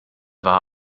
war